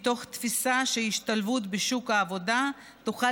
מתוך תפיסה שהשתלבות בשוק העבודה תוכל